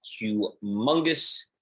humongous